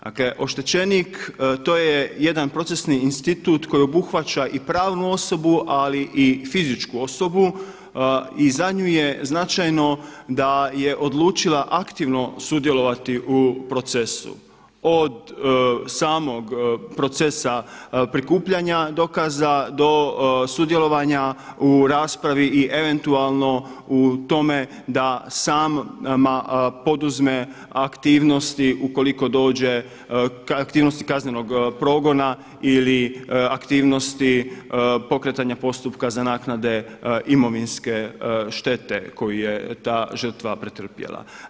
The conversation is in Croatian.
Dakle, oštečenik to je jedan procesni institut koji obuhvaća i pravnu osobu, ali i fizičku osobu i za nju je značajno da je odlučila aktivno sudjelovati u procesu od samog procesa prikupljanja dokaza do sudjelovanja u raspravi i eventualno u tome da sama poduzme aktivnosti ukoliko dođe, aktivnosti kaznenog progona ili aktivnosti pokretanja postupka za naknade imovinske štete koju je ta žrtva pretrpjela.